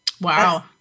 Wow